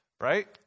right